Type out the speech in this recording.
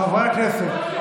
חברי הכנסת.